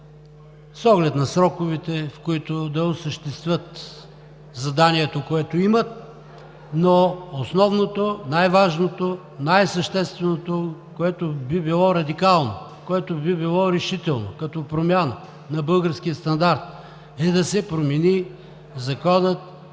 с оглед на сроковете, в които да осъществят заданието, което имат, но основното, най-важното, най-същественото, което би било радикално, което би било решително като промяна на българския стандарт, е да се промени Законът